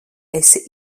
esi